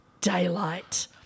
daylight